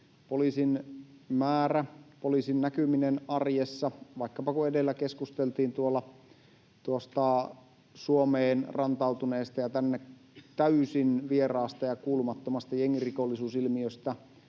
poliisien määrää pystytään ensinnäkin lisäämään. Vaikkapa kun edellä keskusteltiin Suomeen rantautuneesta ja tänne täysin vieraasta ja kuulumattomasta jengirikollisuusilmiöstä,